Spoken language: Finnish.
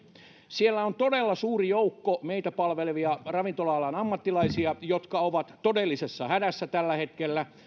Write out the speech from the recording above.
siellä on todella suuri joukko meitä palvelevia ravintola alan ammattilaisia jotka ovat todellisessa hädässä tällä hetkellä